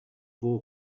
war